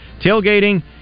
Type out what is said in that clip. tailgating